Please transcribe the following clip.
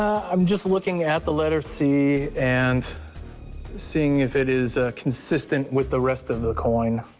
i'm just looking at the letter c and seeing if it is consistent with the rest of the coin.